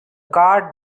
car